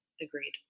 Agreed